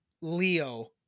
Leo